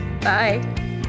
Bye